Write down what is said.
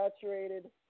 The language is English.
saturated